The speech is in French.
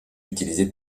utilisé